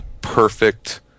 perfect